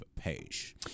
page